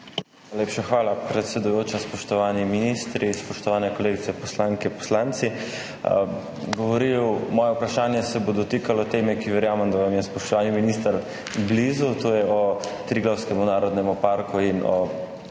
Najlepša hvala, predsedujoča. Spoštovani ministri, spoštovane kolegice poslanke, poslanci! Moje vprašanje se bo dotikalo teme, ki verjamem, da vam je, spoštovani minister, blizu, to je o Triglavskem narodnem parku in o